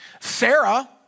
Sarah